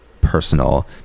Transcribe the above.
personal